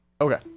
Okay